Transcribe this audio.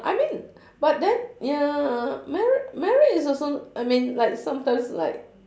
I mean but then ya marri~ married is also I mean like sometimes like